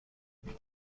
مشتاق